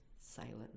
silent